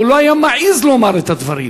הוא לא היה מעז לומר את הדברים.